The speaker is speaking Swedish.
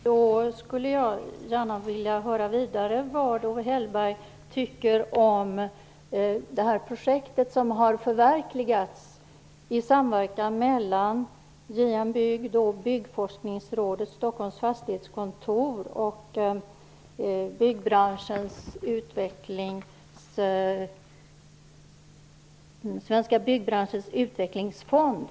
Fru talman! Jag skulle gärna vilja höra vidare vad Owe Hellberg anser om det projekt som har förverkligats i samverkan mellan JM Bygg, Byggforskningsrådet, Stockholms fastighetskontor och Svenska byggbranschens utvecklingsfond.